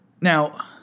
Now